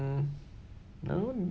mm I don't